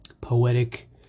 poetic